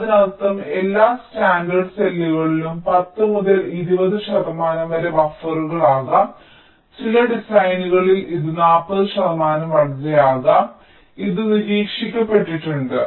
അതിനർത്ഥം എല്ലാ സ്റ്റാൻഡേർഡ് സെല്ലുകളിലും 10 മുതൽ 20 ശതമാനം വരെ ബഫറുകളാകാം ചില ഡിസൈനുകളിൽ ഇത് 40 ശതമാനം വരെയാകാം ഇത് നിരീക്ഷിക്കപ്പെട്ടിട്ടുണ്ട്